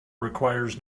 requires